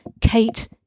Kate